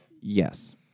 Yes